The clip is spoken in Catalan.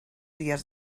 dies